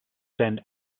spend